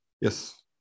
Yes